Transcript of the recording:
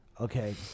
Okay